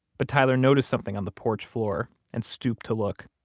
but tyler noticed something on the porch floor and stooped to look.